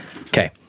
Okay